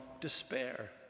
despair